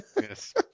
yes